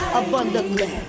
abundantly